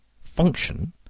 function